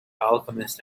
alchemist